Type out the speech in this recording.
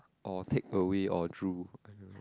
or takeaway or drool i don't know